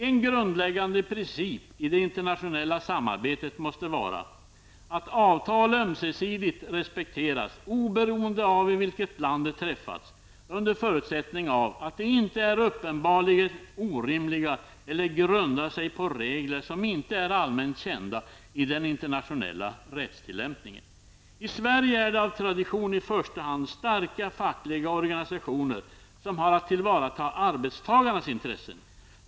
En grundläggande princip i det internationella samarbetet måste vara att avtal ömsesidigt respekteras oberoende av i vilket land de träffats, under förutsättning av att de inte är uppenbarligen orimliga eller grundar sig på regler som inte är allmänt erkända i den internationella rättstillämpningen. I Sverige är det av tradition i första hand starka fackliga organisationer som har att tillvarata arbetstagarnas intressen.